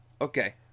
Okay